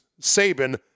Saban